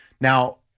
Now